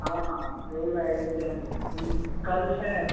हँ हँ जरूर भए जेतय कल छै